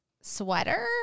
sweater